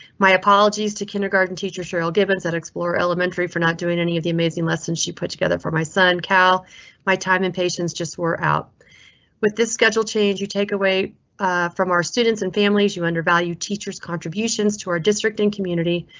my apologies to kindergarten teacher cheryl given set explorer elementary for not doing any of the amazing lessons she put together for my son cal my time in patients just wore out with this schedule change you take away from our students and families you undervalue teachers. contributions to our district in community.